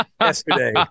yesterday